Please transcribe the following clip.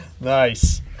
Nice